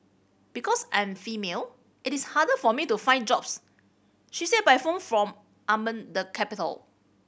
because I'm female it is harder for me to find jobs she said by phone from Amman the capital